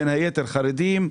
בין היתר חרדים,